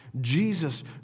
Jesus